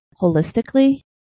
holistically